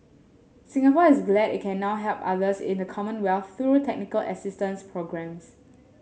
Singapore is glad it can now help others in the Commonwealth through technical assistance programmes